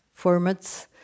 formats